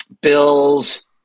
Bills